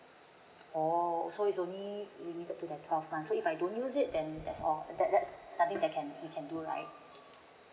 oh so is only limited to the twelve months so if I don't use it then that's all that's that's nothing that can we can do right